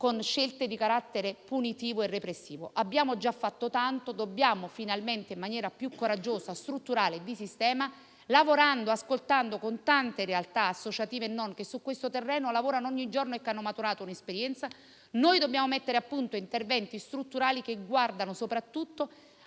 con scelte di carattere punitivo e repressivo. Abbiamo già fatto tanto, dobbiamo, finalmente, in maniera più coraggiosa, strutturale e di sistema, lavorando, ascoltando tante realtà, associative e non, che su questo terreno lavorano ogni giorno e che hanno maturato un'esperienza, mettere a punto interventi strutturali che guardino soprattutto